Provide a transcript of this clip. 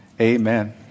Amen